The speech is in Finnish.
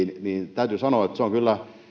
täytyy sanoa että se on kyllä